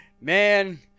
Man